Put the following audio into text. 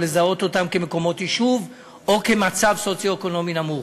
או לזהות אותם כמקומות יישוב או כמצב סוציו-אקונומי נמוך.